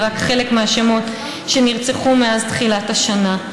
אלה רק חלק מהשמות שנרצחו מאז תחילת השנה.